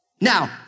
Now